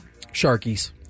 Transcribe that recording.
Sharkies